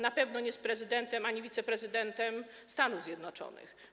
Na pewno nie z prezydentem ani wiceprezydentem Stanów Zjednoczonych.